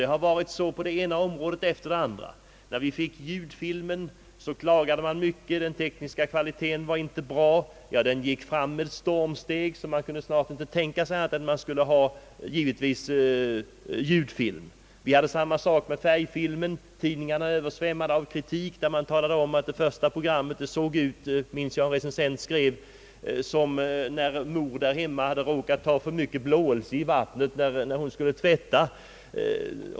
Det har varit på samma sätt på det ena området efter det andra. När vi fick ljudfilmen klagades det mycket på den tekniska kvaliteten. Ljudfilmen gick ändå fram med stormsteg. Snart kunde man inte tänka sig annan film än ljudfilm. På samma sätt var förhållandet med färgfilmen. Tidningarna översvämmade av kritik. Det första programmet såg ut — som jag minns att en recensent skrev — som när mor där hemma hade råkat ta för mycket blåelse i vattnet när hon skulle tvätta.